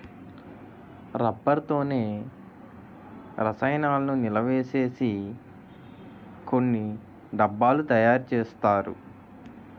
rubber తోనే రసాయనాలను నిలవసేసి కొన్ని డబ్బాలు తయారు చేస్తారు